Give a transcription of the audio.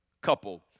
couple